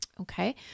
Okay